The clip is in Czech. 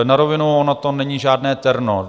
Na rovinu, ono to není žádné terno.